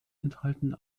enthalten